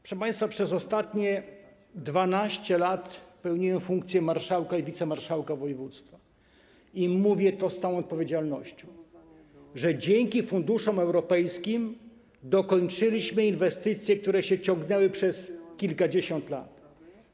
Proszę państwa, przez ostatnie 12 lat pełniłem funkcje marszałka i wicemarszałka województwa i mówię z całą odpowiedzialnością, że dzięki funduszom europejskim dokończyliśmy inwestycje, które ciągnęły się przez kilkadziesiąt lat.